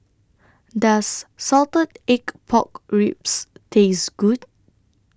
Does Salted Egg Pork Ribs Taste Good